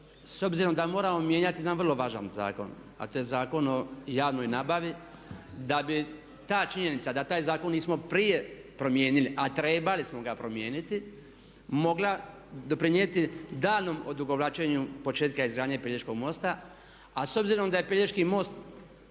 s obzirom da moramo mijenjati jedan vrlo važan zakon a to je Zakon o javnoj nabavi da bi ta činjenica da taj zakon nismo prije promijenili a trebali smo ga promijeniti mogla doprinijeti daljnjem odugovlačenju početka izgradnje pelješkog mosta a s obzirom da je pelješki most